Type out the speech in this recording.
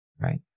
right